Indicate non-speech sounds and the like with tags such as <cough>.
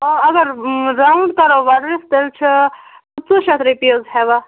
آ اَگر راوُنٛڈ کَرو وۄلرِس تیٚلہِ چھِ <unintelligible> شَتھ رۄپیہِ حظ ہٮ۪وان